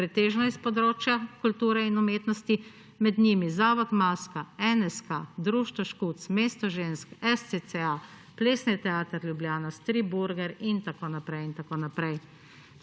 pretežno s področja kulture in umetnosti, med njimi zavod Maska, NSK, Društvo Škuc, Mesto žensk, SCCA, Plesni teater Ljubljana, Stripburger in tako naprej